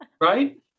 Right